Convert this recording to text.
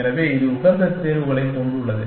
எனவே இது உகந்த தீர்வுகளைக் கொண்டுள்ளது